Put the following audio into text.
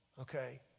okay